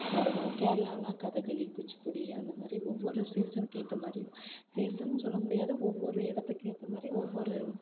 பரதம் கேரளான்னால் கதக்களி குச்சுப்புடி அந்த மாதிரி ஒவ்வொரு சீசனுக்கு ஏற்ற மாதிரி சீசன்னு சொல்ல முடியாது ஒவ்வொரு இடத்துக்கு ஏற்ற மாதிரி ஒவ்வொரு